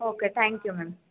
okay thank you ma'am